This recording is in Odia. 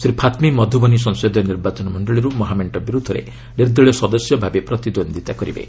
ଶ୍ରୀ ଫାତ୍ମି ମଧୁବଶୀ ସଂସଦୀୟ ନିର୍ବାଚନ ମଣ୍ଡଳୀରୁ ମହାମେଣ୍ଟ ବିରୁଦ୍ଧରେ ନିର୍ଦ୍ଦଳୀୟ ସଦସ୍ୟ ଭାବେ ପ୍ରତିଦ୍ୱନ୍ଦିତା କରିବେ